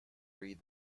read